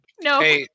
No